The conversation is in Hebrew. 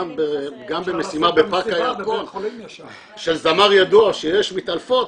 גם במסיבה בפארק הירקון של זמר ידוע כשיש מתעלפות,